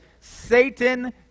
Satan